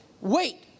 Wait